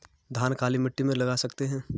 धान काली मिट्टी में लगा सकते हैं?